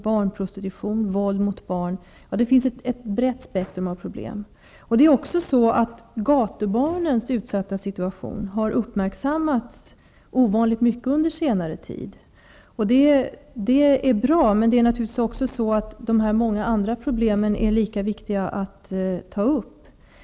Barnprostitution förekommer liksom våld mot barn. Gatubarnens utsatta situation har under senare tid uppmärksammats ovanligt mycket. Det är bra, men alla de andra problemen är lika viktiga att ta upp till diskussion.